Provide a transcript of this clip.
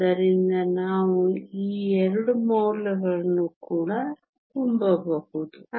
ಆದ್ದರಿಂದ ನಾವು ಈ 2 ಮೌಲ್ಯಗಳನ್ನು ಕೂಡ ತುಂಬಬಹುದು